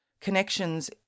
Connections